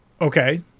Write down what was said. Okay